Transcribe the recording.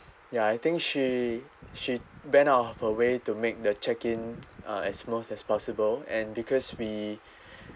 ya I think she she went out of her way to make the check in uh as smooth as possible and because we